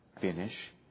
finish